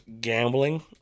gambling